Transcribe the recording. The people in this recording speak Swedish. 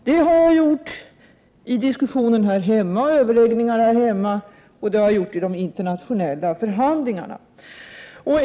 Det har jag framhållit i diskussioner och överläggningar här hemma och det har jag gjort i de internationella förhandlingarna.